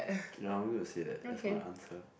ya I'm going to say that as my answer